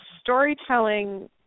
storytelling